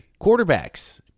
Quarterbacks